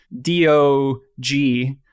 D-O-G